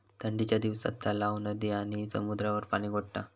ठंडीच्या दिवसात तलाव, नदी आणि समुद्रावर पाणि गोठता